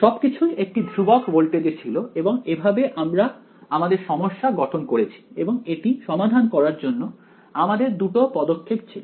সবকিছুই একটি ধ্রুবক ভোল্টেজে ছিল এবং এভাবে আমরা আমাদের সমস্যা গঠন করেছি এবং এটি সমাধান করার জন্য আমাদের দুটো পদক্ষেপ ছিল